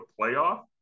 playoff